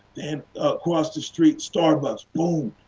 and across the street, starbucks, boom,